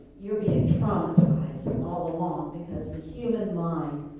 you're being traumatized all along, because the human mind